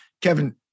Kevin